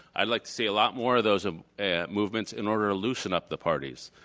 i'd like to see a lot more of those ah and movements in order to loosen up the parties.